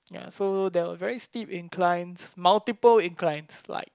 ya so there were very steep inclines multiple inclines like